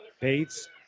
Bates